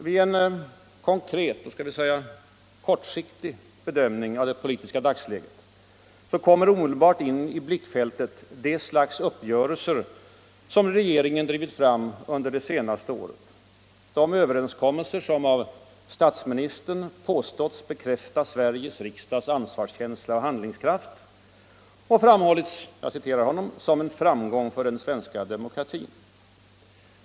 Vid en mera konkret och kortsiktig bedömning av det politiska dagsläget, kommer omedelbart in i blickfältet det slags uppgörelser som regeringen drivit fram under det senaste året — alltså de överenskommelser som av statsministern påståtts bekräfta Sveriges riksdags ansvarskänsla och handlingskraft och framhållits som ”en framgång för den svenska demokratin”.